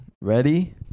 Ready